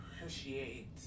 appreciate